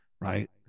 right